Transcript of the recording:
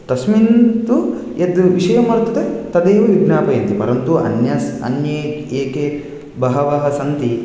तस्मिन् तु यद्विषयं वर्तते तदेव विज्ञापयन्ति परन्तु अन्यस् अन्ये ये के बहवः सन्ति